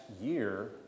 year